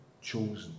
chosen